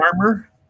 armor